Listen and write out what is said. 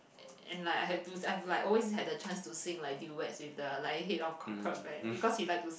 and like I had to I've like always had the chance to sing like duets with the like head of corporate bank because he like to